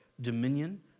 dominion